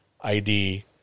ID